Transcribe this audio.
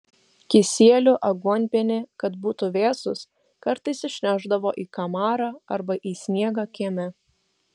kisielių aguonpienį kad būtų vėsūs kartais išnešdavo į kamarą arba į sniegą kieme